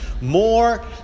More